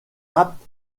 apte